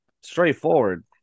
straightforward